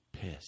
piss